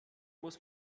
muss